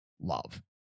love